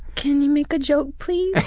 can you make a joke please?